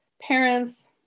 parents